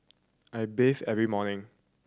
I bathe every morning